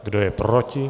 Kdo je proti?